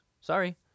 Sorry